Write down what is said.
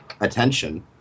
attention